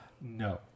No